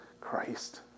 Christ